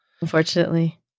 Unfortunately